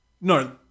no